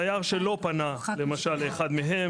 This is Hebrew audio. תייר שלא פנה למשל לאחד מהם,